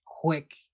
quick